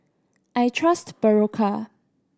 I trust Berocca